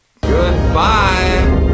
goodbye